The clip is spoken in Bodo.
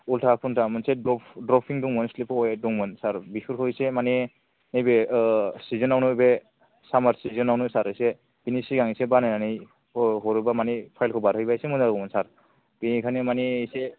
उल्था खुन्था मोनसे द्रपिं दंमोन स्लिपवे दंमोन सार बेफोरखौ एसे माने नैबे सिजोन आवनो बे सामार सिजोन आवनो सार एसे बिनि सिगां एसे बानायनानै हरोबा माने फाइल खौ बारहोयोबा एसे मोजां जागौमोन सार बेनिखायनो माने एसे